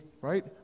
right